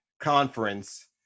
conference